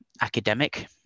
academic